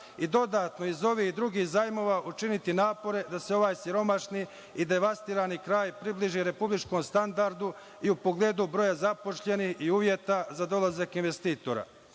i dodatno iz ovih drugih zajmova učiniti napore da se ovaj siromašni i devastirani kraj približi republičkom standardu i u pogledu broja zaposlenih i uvjeta za dolazak investitora. Još